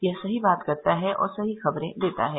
यह सही बात करता है और सही खबरे देता है